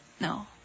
No